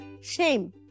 Shame